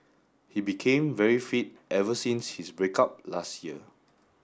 he became very fit ever since his break up last year